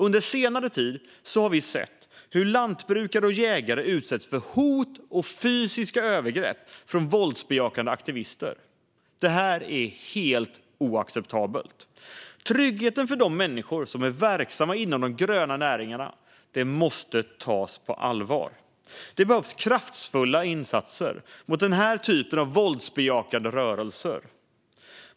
Under senare tid har vi sett hur lantbrukare och jägare utsätts för både hot och fysiska övergrepp från våldsbejakande aktivister. Det här är helt oacceptabelt. Tryggheten för de människor som är verksamma inom de gröna näringarna måste tas på allvar. Det behövs kraftfulla insatser mot den här typen av våldsbejakande rörelser.